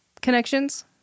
connections